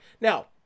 now